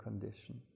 condition